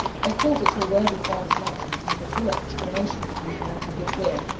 i called at your worthy father's mansion, to have a fuller explanation with you than i can give here,